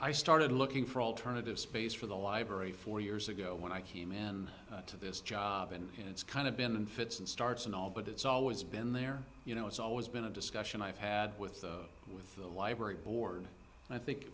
i started looking for alternative space for the library four years ago when i came in to this job and it's kind of been in fits and starts and all but it's always been there you know it's always been a discussion i've had with the library board and i think